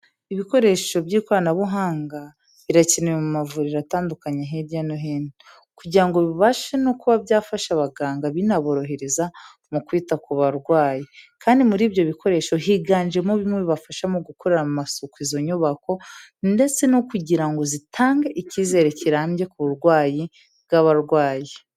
Ibikoresho by'ikoranabuhanga, birakenewe mu mavuriro atandukanye hirya no hino kugira ngo bibashe no kuba byafasha abaganga binaborohereza mu kwita ku barwayi kandi muri ibyo bikoresho higanjemo bimwe bibafasha mu gukorera amasuku izo nyubako ndetse no kugira ngo zitange icyizere kirambye ku burwayi bw'abarwayi.